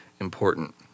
important